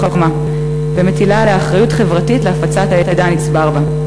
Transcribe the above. עמה ומטילה עליה אחריות חברתית להפצת הידע הנצבר בה.